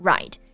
Right